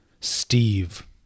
Steve